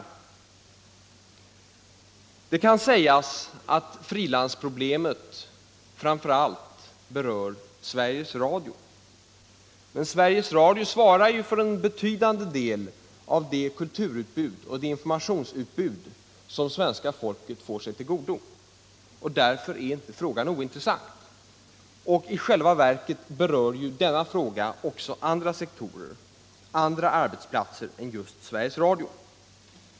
Det kan sägas att frilansproblemet framför allt berör Sveriges Radio. Men Sveriges Radio svarar ju för en betydande del av det kulturutbud och det informationsutbud som svenska folket får sig till godo. Därför är inte frågan ointressant. I själva verket berör den också andra sektorer och andra arbetsplatser än just Sveriges Radio.